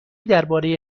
درباره